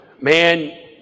man